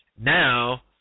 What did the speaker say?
now